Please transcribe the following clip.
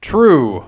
True